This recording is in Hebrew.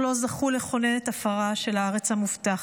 אבל לא זכו לחונן את עפרה של הארץ המובטחת.